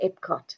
Epcot